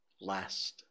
last